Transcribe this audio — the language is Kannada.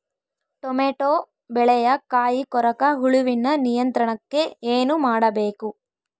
ಟೊಮೆಟೊ ಬೆಳೆಯ ಕಾಯಿ ಕೊರಕ ಹುಳುವಿನ ನಿಯಂತ್ರಣಕ್ಕೆ ಏನು ಮಾಡಬೇಕು?